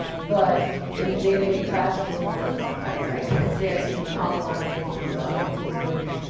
but in the day-to-day classroom work, i'd say i've seen an awful lot of people use other people's work,